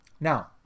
Now